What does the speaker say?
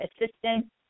assistant